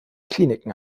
kliniken